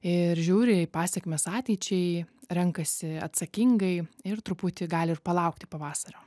ir žiūri į pasekmes ateičiai renkasi atsakingai ir truputį gali ir palaukti pavasario